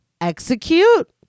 Execute